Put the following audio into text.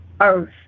earth